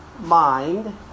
mind